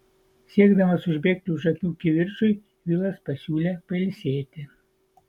siekdamas užbėgti už akių kivirčui vilas pasiūlė pailsėti